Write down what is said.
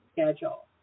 schedule